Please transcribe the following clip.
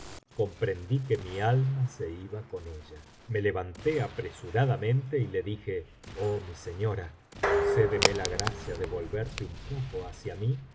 comprendí que mi alma se iba con ella me levanté apresuradamente y le dije oh mi seflora concédeme la gracia de volverte un poco hacia mí